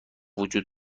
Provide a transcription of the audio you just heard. وجود